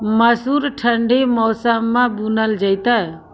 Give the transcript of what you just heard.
मसूर ठंडी मौसम मे बूनल जेतै?